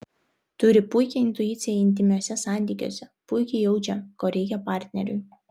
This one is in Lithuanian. turi puikią intuiciją intymiuose santykiuose puikiai jaučia ko reikia partneriui